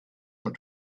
for